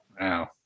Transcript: Wow